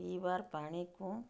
ପିଇବାର୍ ପାଣିକୁ